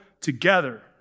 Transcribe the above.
together